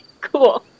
cool